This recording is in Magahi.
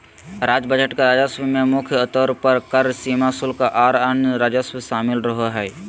राज्य बजट के राजस्व में मुख्य तौर पर कर, सीमा शुल्क, आर अन्य राजस्व शामिल रहो हय